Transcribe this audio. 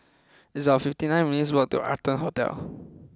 it's about fifty nine minutes' walk to Arton Hote